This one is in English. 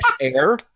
Air